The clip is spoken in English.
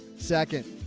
second.